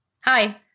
Hi